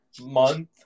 month